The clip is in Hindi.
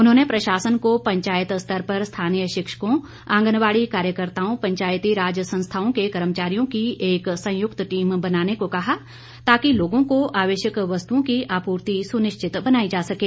उन्होंने प्रशासन को पंचायत स्तर पर स्थानीय शिक्षकों आंगनबाड़ी कार्यकर्ताओं पंचायतीराज संस्थाओं के कर्मचारियों की एक संयुक्त टीम बनाने को कहा ताकि लोगों को आवश्यक वस्तुओं की आपूर्ति सुनिश्चित बनाई जा सकें